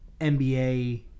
NBA